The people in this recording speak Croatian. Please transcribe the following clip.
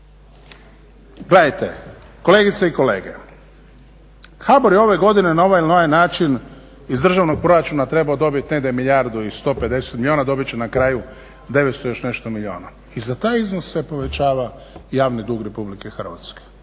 Gledajte, kolegice i kolege, HBOR je ove godine na ovaj ili na onaj način iz državnog proračuna trebao dobiti negdje milijardu i 150 milijuna, dobit će na kraju 900 i još nešto milijuna i za taj iznos se povećava javni dug RH. ništa ne